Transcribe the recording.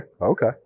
Okay